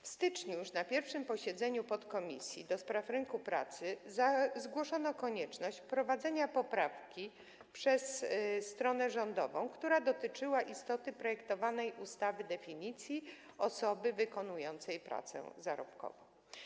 W styczniu już na pierwszym posiedzeniu podkomisji do spraw rynku pracy zgłoszono konieczność wprowadzenia poprawki przez stronę rządową dotyczącej istoty projektowanej ustawy - definicji osoby wykonującej pracę zarobkową.